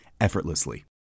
effortlessly